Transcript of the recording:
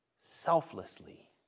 selflessly